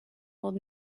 old